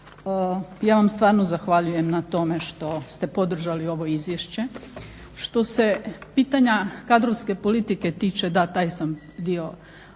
ja vam stvarno zahvaljujem na tome što ste podržali ovo Izvješće. Što se pitanja kadrovske politike tiče, da taj sam dio